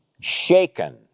shaken